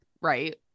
right